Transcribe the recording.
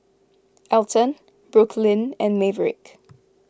Elton Brooklynn and Maverick